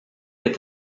est